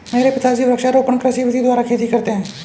मेरे पिताजी वृक्षारोपण कृषि विधि द्वारा खेती करते हैं